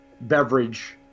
beverage